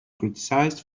criticized